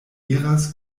iras